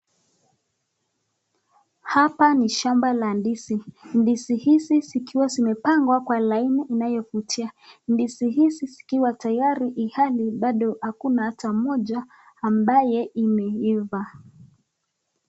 Hapa ni shamba la ndizi, ndizi hizi zikiwa zimepangwa kwa laini inayofutia, ndizi hizi zikiwa tayari ihali bado hakuna ata moja ambaye imeifaa.